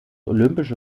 olympische